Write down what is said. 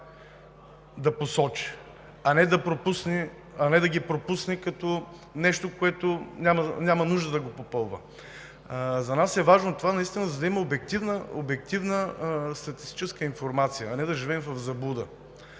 да посочи, а не да ги пропусне като нещо, което няма нужда да попълва. За нас това наистина е важно, за да има обективна статистическа информация, а не да живеем в заблуда,